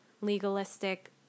legalistic